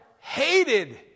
hated